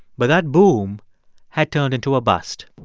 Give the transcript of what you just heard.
but that boom had turned into a bust